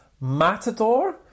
Matador